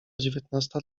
dziewiętnasta